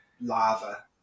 lava